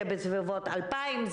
זה בסביבות 2,000,